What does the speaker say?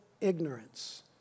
ignorance